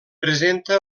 presenta